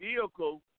vehicle